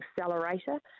accelerator